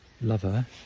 lover